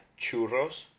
churros